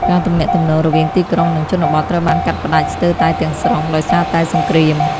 ការទំនាក់ទំនងរវាងទីក្រុងនិងជនបទត្រូវបានកាត់ផ្តាច់ស្ទើរតែទាំងស្រុងដោយសារតែសង្គ្រាម។